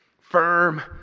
firm